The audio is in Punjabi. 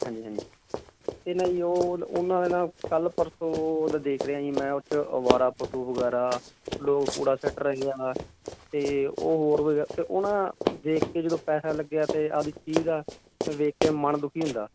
ਹਾਂਜੀ ਹਾਂਜੀ ਇਹਨਾਂ ਜੀ ਉਹ ਉਹਨਾਂ ਦੇ ਨਾਲ ਕੱਲ੍ਹ ਪਰਸੋਂ ਦਾ ਦੇਖ ਰਿਹਾ ਜੀ ਮੈਂ ਉਹ 'ਚ ਅਵਾਰਾ ਪਸ਼ੂ ਵਗੈਰਾ ਲੋਕ ਕੂੜਾ ਸਿੱਟ ਰਹੇ ਆ ਅਤੇ ਉਹ ਹੋਰ ਅਤੇ ਉਹ ਨਾ ਦੇਖ ਕੇ ਜਦੋਂ ਪੈਸਾ ਲੱਗਿਆ ਅਤੇ ਆਪਣੀ ਚੀਜ਼ ਆ ਵੇਖ ਕੇ ਮਨ ਦੁਖੀ ਹੁੰਦਾ